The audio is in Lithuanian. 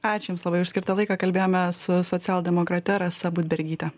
ačiū jums labai už skirtą laiką kalbėjome su socialdemokrate rasa budbergyte